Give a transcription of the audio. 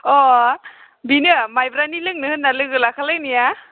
अ' बेनो माइब्रानि लोंनो होन्ना लोगो लाखा लायनाया